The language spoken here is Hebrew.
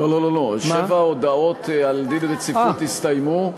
לא לא לא, שבע ההודעות על דין רציפות הסתיימו.